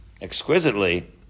exquisitely